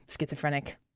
schizophrenic